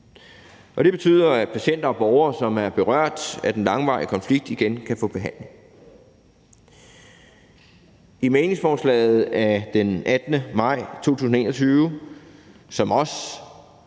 Det betyder, at patienter og borgere, som er berørt af den langvarige konflikt, igen kan få behandling. I mæglingsforslaget af 18. maj 2021, som også